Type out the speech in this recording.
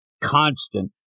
constant